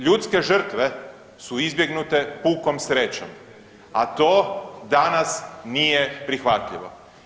Ljudske žrtve su izbjegnute pukom srećom, a to danas nije prihvatljivo.